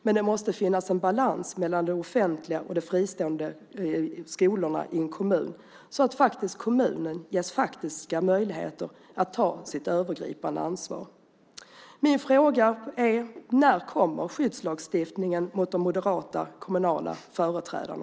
Men det måste finnas en balans mellan de offentliga och de fristående skolorna i en kommun så att kommunen ges faktiska möjligheter att ta sitt övergripande ansvar. Min fråga är: När kommer en skyddslagstiftning mot de moderata kommunala företrädarna?